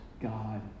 God